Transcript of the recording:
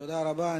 תודה רבה.